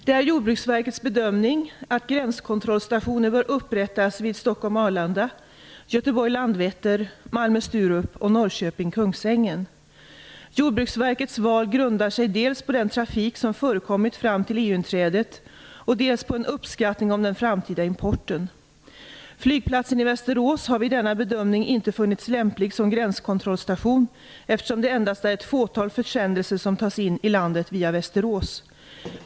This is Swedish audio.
Det är Jordbruksverkets bedömning att gränskontrollstationer bör upprättas vid Stockholm-Arlanda, Kungsängen. Jordbruksverkets val grundar sig dels på den trafik som förekommit fram till EU-inträdet och dels på en uppskattning av den framtida importen. Flygplatsen i Västerås har vid denna bedömning inte befunnits lämplig som gränskontrollstation, eftersom det endast är ett fåtal försändelser som tas in i landet via Västerås.